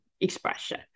expression